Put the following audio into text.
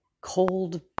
cold